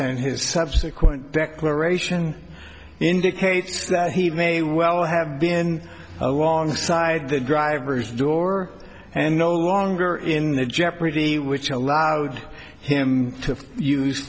and his subsequent declaration indicates that he may well have been alongside the driver's door and no longer in the jeopardy which allowed him to use